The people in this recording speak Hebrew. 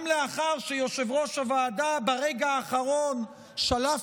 גם לאחר שיושב-ראש הוועדה ברגע האחרון שלף